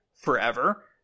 forever